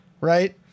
Right